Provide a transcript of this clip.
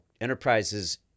enterprises